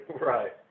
Right